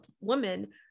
woman